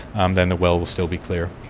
um then the well will still be clear.